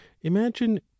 imagine